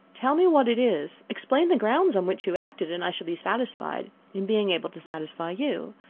tell me what it is, explain the grounds on which you acted, and i shall be satisfied, in being able to satisfy you.